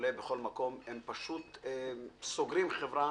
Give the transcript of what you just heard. ערוץ הכנסת,